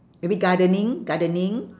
maybe gardening gardening